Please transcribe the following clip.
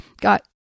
got